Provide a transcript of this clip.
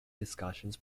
discussions